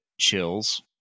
chills